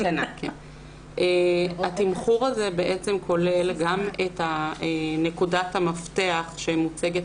התמחור כולל גם את נקודת המפתח שמוצגת